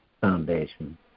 Foundation